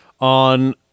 on